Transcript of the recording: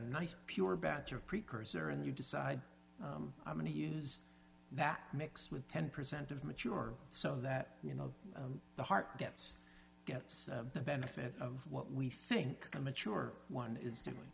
nice pure batch of precursor and you decide i'm going to use that mix with ten percent of mature so that you know the heart gets gets the benefit of what we think a mature one is doing